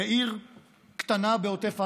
בעיר קטנה בעוטף עזה,